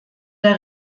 der